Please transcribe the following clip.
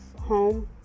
home